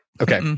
okay